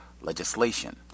legislation